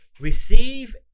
Receive